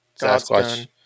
Sasquatch